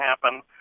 happen